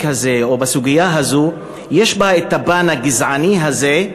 הזה או בסוגיה הזאת יש בה הפן הגזעני הזה,